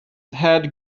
had